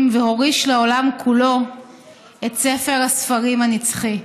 והוריש לעולם כולו את ספר הספרים הנצחי".